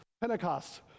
pentecost